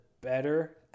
better